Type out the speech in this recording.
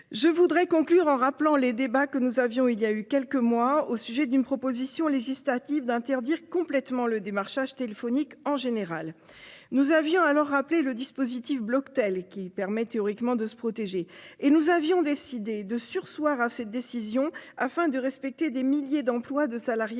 Je voudrais conclure en rappelant les débats que nous avions il y a eu quelques mois au sujet d'une proposition législative d'interdire complètement le démarchage téléphonique en général. Nous avions alors rappelé le dispositif Bloctel qui permet théoriquement de se protéger et nous avions décidé de surseoir à cette décision afin de respecter des milliers d'emplois de salariés